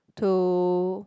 to